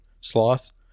sloth